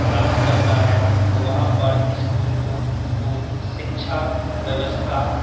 प्राप्त करना है तो वहाँ पर स्कूल को को शिक्षा व्यवस्था